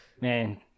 man